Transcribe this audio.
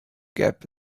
gap